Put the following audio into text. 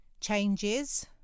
changes